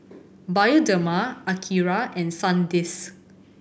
Bioderma Akira and Sandisk